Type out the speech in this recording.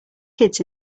kids